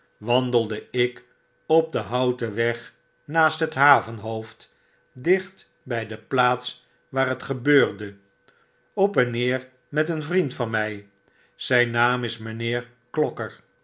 wandelde ik op den houten weg naast het havenhoofd dicht bij de plaats waar het gebeurde op en neer met een vriend van mij zija naam is mijnheer